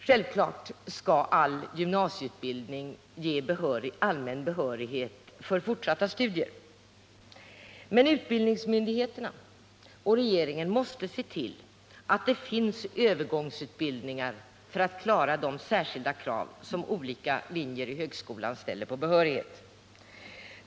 Självfallet skall all gymnasieutbildning ge allmän behörighet till fortsatta studier. Men utbildningsmyndigheterna och regeringen måste se till att det finns utbildningar för att klara de krav på särskild behörighet som ställs för tillträde till olika linjer.